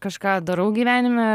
kažką darau gyvenime